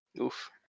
Oof